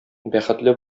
бәхетле